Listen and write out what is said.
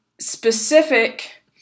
specific